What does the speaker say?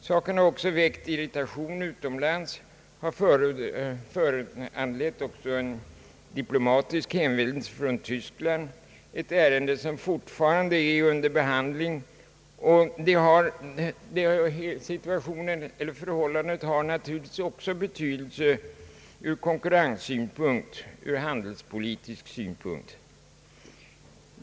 Saken har också väckt irritation utomlands och föranlett en diplomatisk hänvändelse från Tyskland, ett ärende som Ang. utlänningspolitiken, m.m. fortfarande är under behandling. Förhållandet har naturligtvis också betydelse handelspolitiskt, ur konkurrenssynpunkt.